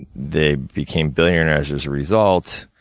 they became billionaires as a result.